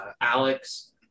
Alex